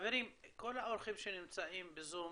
חברים, כל האורחים שנמצאים בזום,